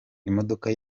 imodoka